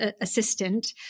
assistant